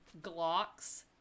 glocks